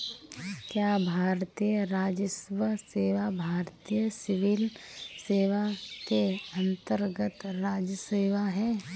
क्या भारतीय राजस्व सेवा भारतीय सिविल सेवा के अन्तर्गत्त राजस्व सेवा है?